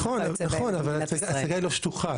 נכון אבל ההצגה היא לא שטוחה,